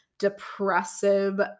depressive